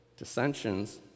dissensions